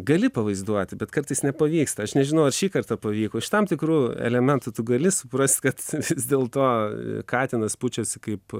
gali pavaizduoti bet kartais nepavyksta aš nežinau ar šįkart pavyko iš tam tikrų elementų tu gali suprast kad vis dėlto katinas pučiasi kaip